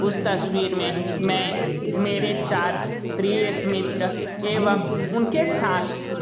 उस तस्वीर में मैं मेरे चार प्रिय मित्र एवं उनके साथ